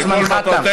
זמנך תם.